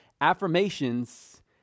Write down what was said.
affirmations